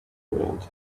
world